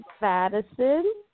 Madison